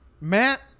Matt